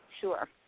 Sure